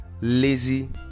lazy